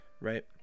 right